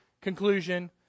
conclusion